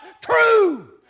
true